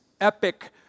epic